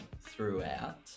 throughout